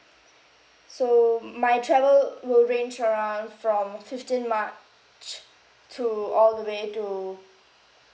so my travel will range around from fifteenth march to all the way to